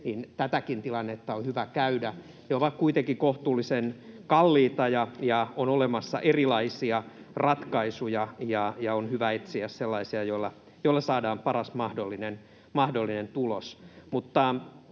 Tätäkin tilannetta on hyvä käydä läpi. Ne ovat kuitenkin kohtuullisen kalliita. On olemassa erilaisia ratkaisuja, ja on hyvä etsiä sellaisia, joilla saadaan paras mahdollinen tulos.